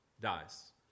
dies